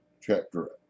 chapter